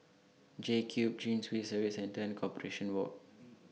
JCube Chin Swee Service Centre and Corporation Walk